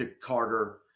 Carter